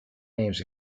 names